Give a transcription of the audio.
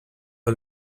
all